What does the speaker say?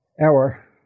hour